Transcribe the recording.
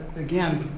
again,